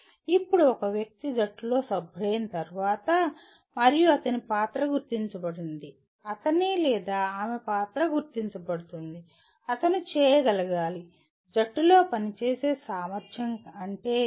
ఇప్పుడు ఒక వ్యక్తి జట్టులో సభ్యుడైన తరువాత మరియు అతని పాత్ర గుర్తించబడింది అతని లేదా ఆమె పాత్ర గుర్తించబడుతుంది అతను చేయగలగాలి జట్టులో పని చేసే సామర్థ్యం అంటే ఏమిటి